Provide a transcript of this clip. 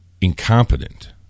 incompetent